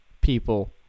people